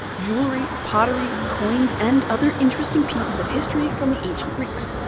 jewelry, pottery, coins, and other interesting pieces of history from the ancient greeks.